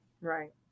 right